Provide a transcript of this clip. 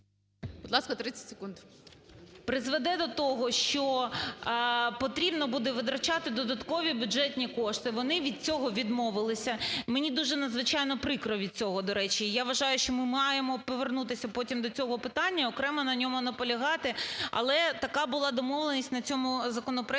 Будь ласка, 30 секунд.